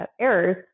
errors